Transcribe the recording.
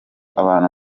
abantu